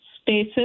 spaces